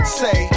say